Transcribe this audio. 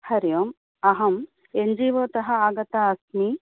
हरि ओम् अहम् N G O तः आगता अस्मि